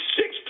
six